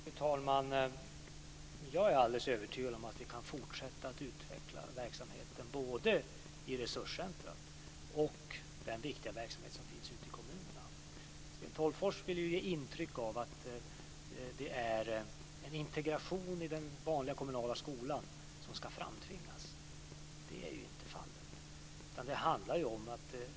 Fru talman! Jag är alldeles övertygad om att vi kan fortsätta att utveckla både verksamheten i resurscentret och den viktiga verksamhet som finns ute i kommunerna. Sten Tolgfors vill ge intryck av att det är integration i den vanliga kommunala skolan som ska framtvingas. Så är ju inte fallet.